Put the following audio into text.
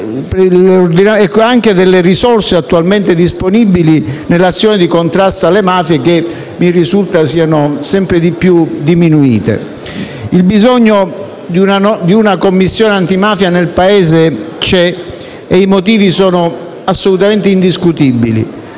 e delle risorse attualmente disponibili nell'azione di contrasto alle mafie, che mi risulta siano sempre più diminuite. Il bisogno di una Commissione antimafia nel Paese c'è e i motivi sono assolutamente indiscutibili.